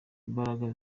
imbaraga